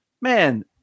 Man